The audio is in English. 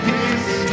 Peace